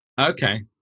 Okay